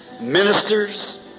Ministers